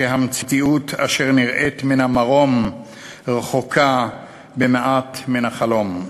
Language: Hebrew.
המציאות אשר נראית מן המרום רחוקה מעט מן החלום.